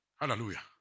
Hallelujah